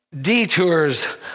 detours